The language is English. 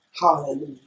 Hallelujah